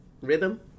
rhythm